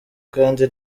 kandi